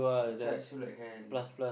they charge you like hell